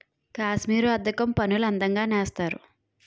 కాశ్మీరీ అద్దకం పనులు అందంగా నేస్తారు